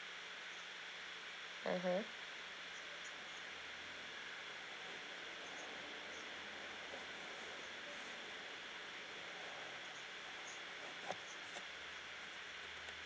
mmhmm